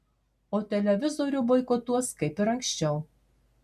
o televizorių boikotuos kaip ir anksčiau